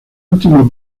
último